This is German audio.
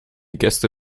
gäste